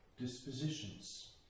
dispositions